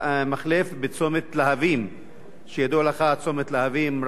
ידוע לך שבצומת להבים רהט יש הרבה פקקים,